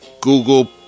Google